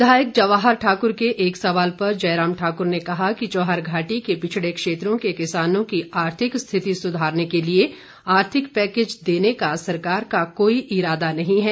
विधायक जवाहर ठाक्र के एक सवाल पर जयराम ठाक्र ने कहा कि चौहारघाटी के पिछडे क्षेत्रों के किसानों की आर्थिक रिथति सुधारने के लिए आर्थिक पैकेज देने का सरकार का कोई इरादा नहीं है